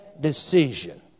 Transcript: decision